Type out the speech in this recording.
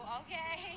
okay